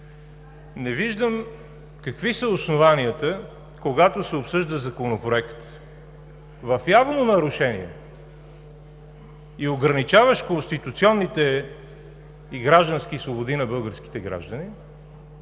Не виждам какви са основанията, когато се обсъжда Законопроект в явно нарушение и ограничаващ конституционните и граждански свободи на българските граждани,